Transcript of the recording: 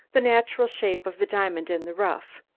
the natural shape of the diamond in the rough?